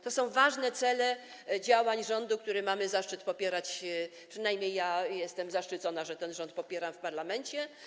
To są ważne cele działań rządu, który mamy zaszczyt popierać, przynajmniej ja jestem zaszczycona, że ten rząd popieram w parlamencie.